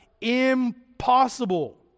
Impossible